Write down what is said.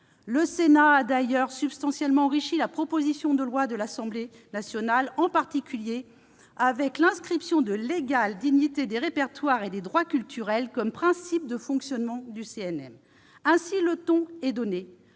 Le Sénat a d'ailleurs substantiellement enrichi la proposition de loi de l'Assemblée nationale, en particulier avec l'inscription de l'égale dignité des répertoires et des droits culturels comme principes de fonctionnement du CNM. Ainsi, le ton est donné